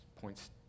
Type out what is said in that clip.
points